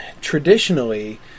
traditionally